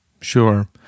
Sure